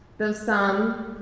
though some,